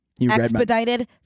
Expedited